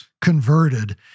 converted